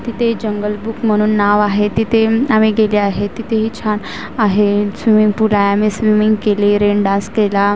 तिथे जंगलबुक म्हणून नाव आहे तिथे आम्ही गेले आहे तिथेही छान आहे स्विमिंगपूल आहे मी स्विमिंग केली रेन डान्स केला